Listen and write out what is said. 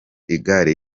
igare